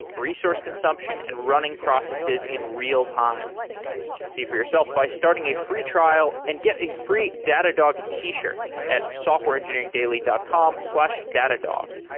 resource consumption and running processes in real-time see for yourself by starting a free trial and get a free datadog t-shirt at softwareengineeringdaily dot com slash datadog.